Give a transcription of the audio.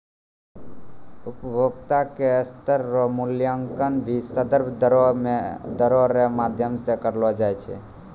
उपभोक्ता के स्तर रो मूल्यांकन भी संदर्भ दरो रो माध्यम से करलो जाबै पारै